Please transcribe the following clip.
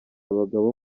abagabo